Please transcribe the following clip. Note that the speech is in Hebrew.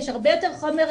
יש הרבה יותר חומר,